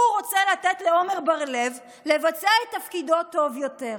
הוא רוצה לתת לעמר בר לב לבצע את תפקידו טוב יותר.